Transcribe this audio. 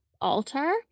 altar